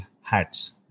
hats